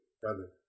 brother